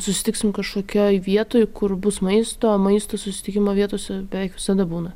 susitiksim kažkokioj vietoj kur bus maisto maisto susitikimo vietose beveik visada būna